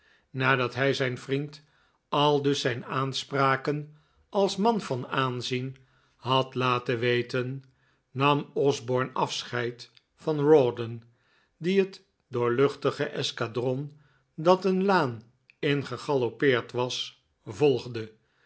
nadat hij zijn vriend aldus zijn aanspraken als man van aanzien had laten weten nam osborne afscheid van rawdon die het doorluchtige eskadron dat een laan in gegaloppeerd was volgde